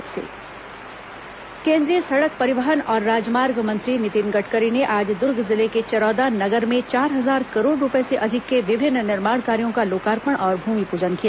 नितिन गडकरी छत्तीसगढ़ केंद्रीय सड़क परिवहन और राजमार्ग मंत्री नितिन गडकरी ने आज दूर्ग जिले के चरौदा नगर में चार हजार करोड़ रूपये से अधिक के विभिन्न निर्माण कार्यो का लोकार्पण और भूमिपूजन किया